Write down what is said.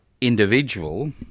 individual